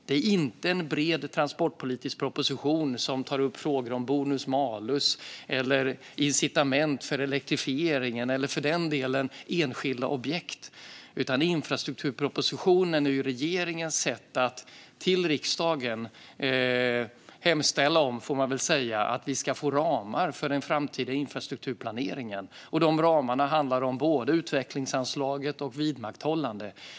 Det är inte en bred transportpolitisk proposition som tar upp frågor om bonus-malus eller incitament för elektrifieringen eller för den delen enskilda objekt. Infrastrukturpropositionen är regeringens sätt att till riksdagen hemställa om, får man väl säga, att vi ska få ramar för den framtida infrastrukturplaneringen. De ramarna handlar om både utvecklingsanslaget och vidmakthållande.